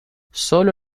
solo